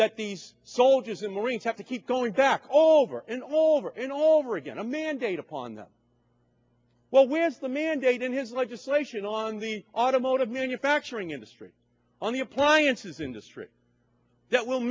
that these soldiers and marines have to keep going back over and over and over again a mandate upon them well where's the mandate in his legislation on the automotive manufacturing industry on the appliances industry that w